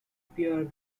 pier